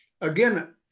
Again